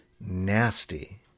nasty